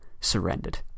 surrendered